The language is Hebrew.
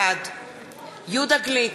בעד יהודה גליק,